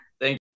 Thank